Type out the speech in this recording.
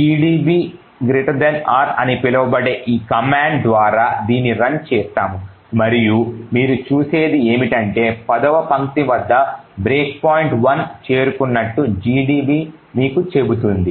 command gdb r అని పిలువబడే ఈ కమాండ్ ద్వారా దీన్ని రన్ చేస్తాము మరియు మీరు చూసేది ఏమిటంటే 10వ పంక్తి వద్ద బ్రేక్ పాయింట్1 చేరుకున్నట్లు gdb మీకు చెబుతుంది